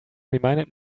reminded